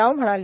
राव म्हणाले